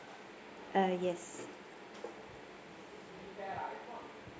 ah yes